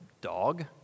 dog